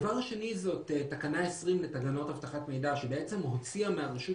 דבר שני זאת תקנה 20 לתקנות אבטחת מידע שבעצם הוציאה מהרשות